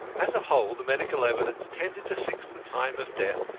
as a whole the medical evidence tended to fix the time of death,